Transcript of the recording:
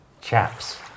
chaps